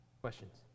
Questions